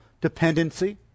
dependency